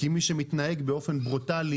כי מי שמתנהג באופן ברוטאלי,